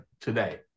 today